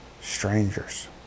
strangers